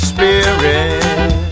Spirit